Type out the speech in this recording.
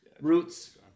Roots